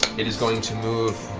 it is going to move.